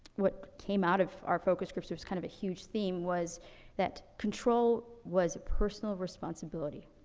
what came out of our focus groups, it was kind of a huge theme, was that control was a personal responsibility.